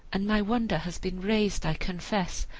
and my wonder has been raised, i confess,